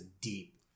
deep